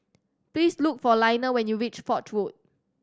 please look for Lionel when you reach Foch Road